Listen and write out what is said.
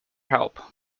help